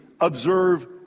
observe